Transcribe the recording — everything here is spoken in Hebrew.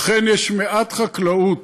אכן, יש מעט חקלאות